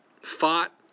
fought